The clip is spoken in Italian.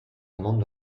mondo